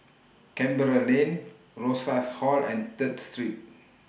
Canberra Lane Rosas Hall and Third Street